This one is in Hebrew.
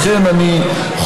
לכן אני חוזר,